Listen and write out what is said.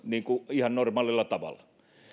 ihan normaalilla tavalla